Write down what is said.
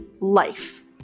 life